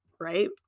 right